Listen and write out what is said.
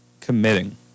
committing